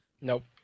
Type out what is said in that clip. Nope